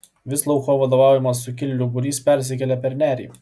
visloucho vadovaujamas sukilėlių būrys persikėlė per nerį